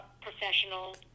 professional